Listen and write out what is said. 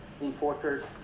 importers